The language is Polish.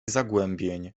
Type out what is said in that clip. zagłębień